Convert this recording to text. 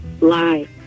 Lie